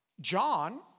John